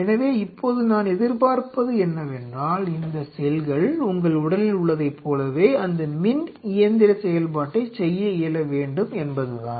எனவே இப்போது நான் எதிர்பார்ப்பது என்னவென்றால் இந்த செல்கள் உங்கள் உடலில் உள்ளதைப் போலவே அந்த மின் இயந்திர செயல்பாட்டை செய்ய இயல வேண்டும் என்பதுதான்